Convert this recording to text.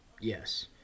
Yes